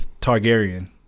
Targaryen